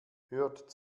hört